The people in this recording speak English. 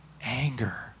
anger